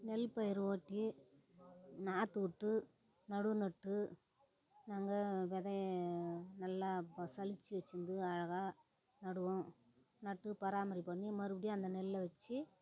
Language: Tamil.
நெல் பயிர் ஓட்டி நாற்று விட்டு நடவு நட்டு நாங்கள் விதைய நல்லா சலிச்சு வச்சுந்து அழகாக நடுவோம் நட்டு பராமரி பண்ணி மறுபடியும் அந்த நெல்லை வச்சு